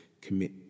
commit